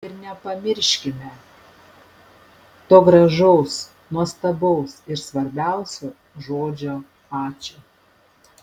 ir nepamirškime to gražaus nuostabaus ir svarbiausio žodžio ačiū